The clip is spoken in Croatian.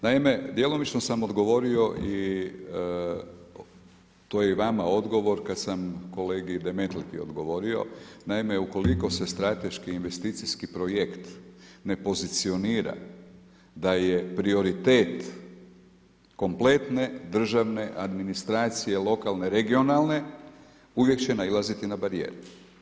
Naime, djelomično sam odgovorio i to je i vama odgovor kada sam i kolegi Demetliki odgovorio, naime ukoliko se strateški investicijski projekt ne pozicionira da je prioritet kompletne državne administracije lokalne, regionalne uvijek će nailaziti na barijeru.